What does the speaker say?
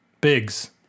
Biggs